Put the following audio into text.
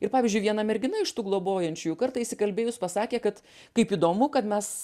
ir pavyzdžiui viena mergina iš tų globojančiųjų kartą įsikalbėjus pasakė kad kaip įdomu kad mes